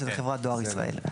שזה חברת דואר ישראל.